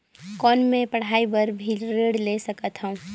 कौन मै पढ़ाई बर भी ऋण ले सकत हो?